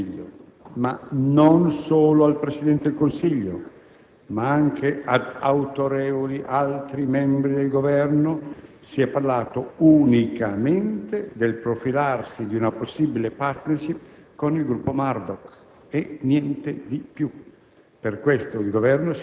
al Presidente del Consiglio, ma non solo al Presidente del Consiglio, anche ad autorevoli altri membri del Governo, si è parlato unicamente del profilarsi di una possibile *partnership* con il gruppo Murdoch. Niente di più.